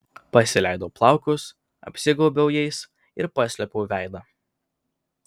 pasileidau plaukus apsigaubiau jais ir paslėpiau veidą